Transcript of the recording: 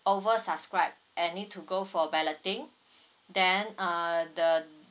over subscribe and need to go for balloting then uh the